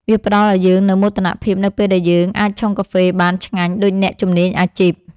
វាផ្ដល់ឱ្យយើងនូវមោទនភាពនៅពេលដែលយើងអាចឆុងកាហ្វេបានឆ្ងាញ់ដូចអ្នកជំនាញអាជីព។